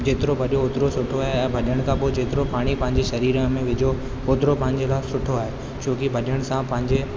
जेतिरो भॼियो ओतिरो सुठो आहे ऐं भॼण खां पोइ जेतिरो पाणी पंहिंजे शरीर में विझो ओतिरो पंहिंजे लाइ सुठो आहे छो की भॼण सां पंहिंजे